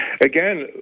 again